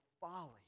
folly